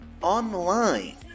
Online